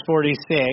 46